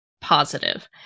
positive